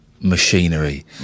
machinery